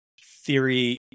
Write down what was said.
theory